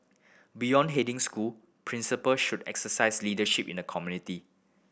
beyond heading school principal should exercise leadership in the community